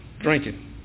drinking